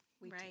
right